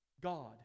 God